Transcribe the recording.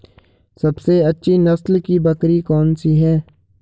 सबसे अच्छी नस्ल की बकरी कौन सी है?